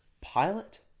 pilot